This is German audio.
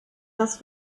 das